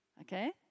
Okay